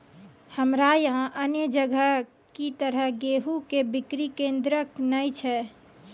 हमरा यहाँ अन्य जगह की तरह गेहूँ के बिक्री केन्द्रऽक नैय छैय?